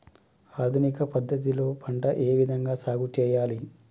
ఆధునిక పద్ధతి లో పంట ఏ విధంగా సాగు చేయాలి?